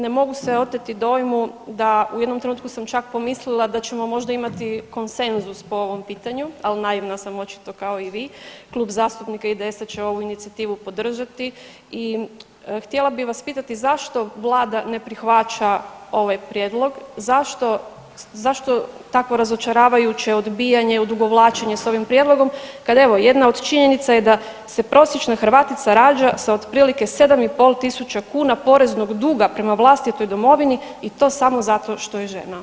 Ne mogu se oteti dojmu da u jednom trenutku sam čak pomislila da ćemo možda imati konsenzus po ovom pitanju, ali naivna sam očito kao i vi Klub zastupnika IDS-a će ovu inicijativu podržati i htjela bi vas pitati zašto Vlada ne prihvaća ovaj prijedlog, zašto takvo razočaravajuće odbijanje, odugovlačenje s ovim prijedlogom kad evo jedna od činjenica je da se prosječna Hrvatica rađa sa otprilike 7,5 tisuća kuna poreznog duga prema vlastitoj domovini i to samo zato što je žena.